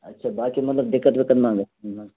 اَچھا باقی مطلب دِقت وِقت ما